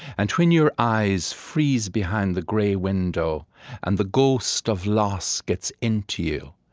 and when your eyes freeze behind the gray window and the ghost of loss gets in to you,